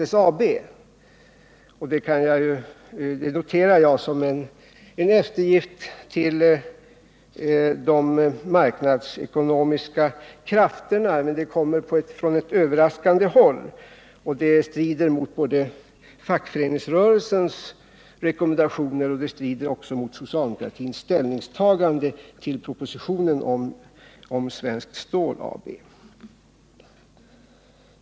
Det 14 december 1978 noterar jag som en eftergift till de marknadsekonomiska krafterna, men det kommer från ett överraskande håll, och det strider både mot fackföreningsrörelsens rekommendationer och mot socialdemokratins ställningstagande till propositionen om Svenskt Stål AB.